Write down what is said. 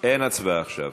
אין הצבעה עכשיו.